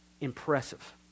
impressive